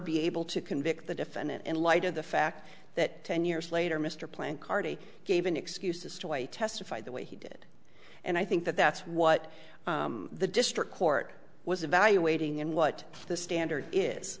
be able to convict the defendant in light of the fact that ten years later mr plante carty gave an excuse as to why he testified the way he did and i think that that's what the district court was evaluating and what the standard is